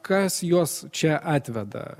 kas juos čia atveda